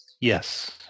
Yes